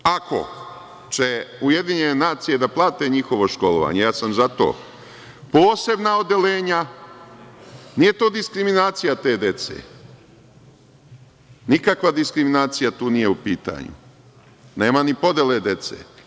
Ako će UN da plate njihovo školovanje, ja sam za to, posebna odeljenja, nije to diskriminacija te dece, nikakva diskriminacija nije tu u pitanju, nema ni podele dece.